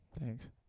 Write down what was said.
Thanks